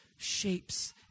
shapes